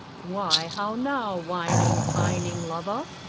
why how now, whining, pining lover?